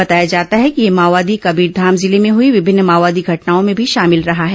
बताया जाता है कि यह माओवादी कबीरधाम जिले में हई विभिन्न माओवादी घटनाओं में भी शामिल रहा है